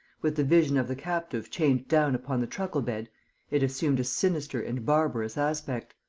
with the vision of the captive chained down upon the truckle-bed, it assumed a sinister and barbarous aspect.